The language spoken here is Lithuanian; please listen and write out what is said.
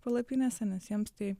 palapinėse nes jiems tai